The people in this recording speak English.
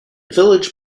village